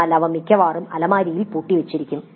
എന്നാൽ അവ മിക്കവാറും അലമാരയിൽ പൂട്ടിവച്ചിരിക്കും